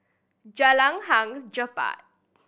Jalan Hang Jebat